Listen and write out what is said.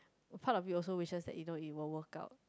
a part of you also wish that you don't even woke up